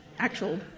actual